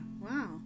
Wow